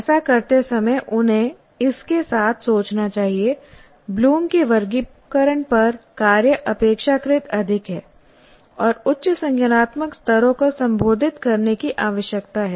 ऐसा करते समय उन्हें इसके साथ सोचना चाहिए ब्लूम की वर्गीकरण पर कार्य अपेक्षाकृत अधिक है और उच्च संज्ञानात्मक स्तरों को संबोधित करने की आवश्यकता है